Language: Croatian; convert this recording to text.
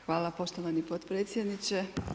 Hvala poštovani potpredsjedniče.